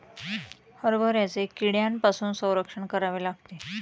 हरभऱ्याचे कीड्यांपासून संरक्षण करावे लागते